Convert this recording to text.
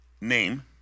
name